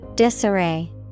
Disarray